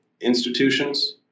institutions